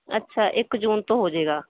ਅੱਛਾ ਇਕ ਜੂਨ ਤੋਂ ਹੋ ਜੇਗਾ